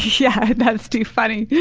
yeah, that's too funny. yeah